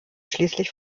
schließlich